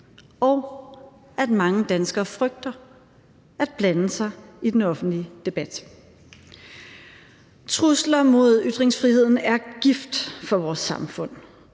og at mange danskere frygter for at blande sig i den offentlige debat. Trusler mod ytringsfriheden er gift for vores samfund,